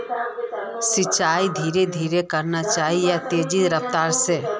सिंचाई धीरे धीरे करना चही या तेज रफ्तार से?